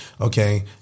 okay